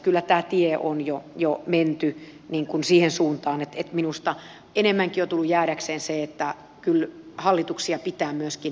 kyllä tämä tie on jo menty siihen suuntaan että minusta ennemminkin on tullut jäädäkseen se että kyllä hallituksia pitää myöskin evästää tämänaikaisella reaalitiedolla